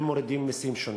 אם מורידים מסים שונים,